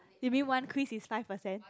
you mean one quiz is five percent